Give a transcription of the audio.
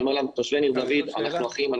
לתושבי ניר דוד שאנחנו אחים,